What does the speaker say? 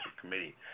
Committee